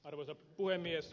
arvoisa puhemies